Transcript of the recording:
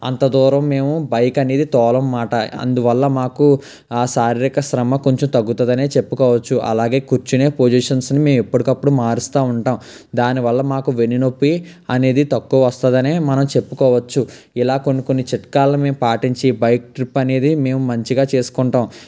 అంత దూరం మేము బైక్ అనేది తోలంమాట అందువల్ల మాకు శారీరక శ్రమ కొంచెం తగ్గుతదని చెప్పుకోవచ్చు అలాగే కూర్చునే పొజిషన్స్ని మేము ఎప్పటికప్పుడు మారుస్తూ ఉంటాం దానివల్ల మాకు వెన్నునొప్పి అనేది తక్కువ వస్తుందని మనం చెప్పుకోవచ్చు ఇలా కొన్ని కొన్ని చిట్కాలు మేము పాటించి బైక్ ట్రిప్ అనేది మేము మంచిగా చేసుకుంటాం